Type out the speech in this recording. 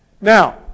Now